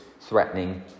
threatening